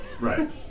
Right